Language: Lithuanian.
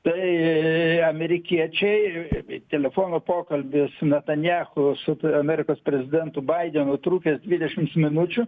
tai amerikiečiai telefono pokalbis su natanjahu su amerikos prezidentu baidenu trukęs dvidešims minučių